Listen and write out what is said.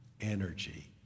energy